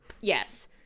Yes